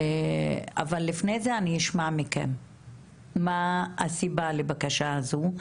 אבל לפני אני אשמע מכם מה הסיבה לבקשה הזו,